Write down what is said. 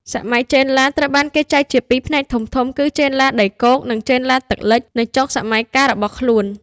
សម័យចេនឡា ត្រូវបានគេចែកជាពីរផ្នែកធំៗ គឺ ចេនឡាដីគោក និង ចេនឡាទឹកលិច នៅចុងសម័យកាលរបស់ខ្លួន។